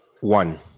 One